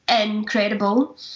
incredible